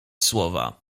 słowa